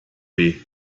weh